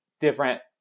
different